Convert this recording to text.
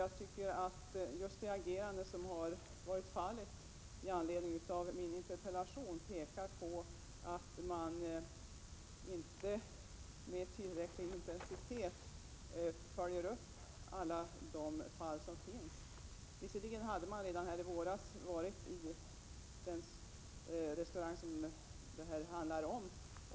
Jag tycker att just det agerande som förekommit i anledning av min interpellation tyder på att man inte med tillräcklig intensitet följer upp alla de fall som inträffar. Visserligen hade man redan i våras kritiserat den restaurang som det här handlar om.